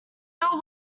ill